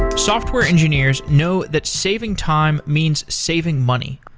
software engineers know that saving time means saving money.